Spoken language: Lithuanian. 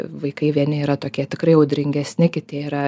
vaikai vieni yra tokie tikrai audringesni kiti yra